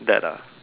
that ah